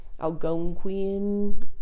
Algonquian